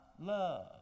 love